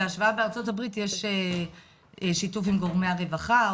בהשוואה לארה"ב יש שיתוף עם גורמי הרווחה,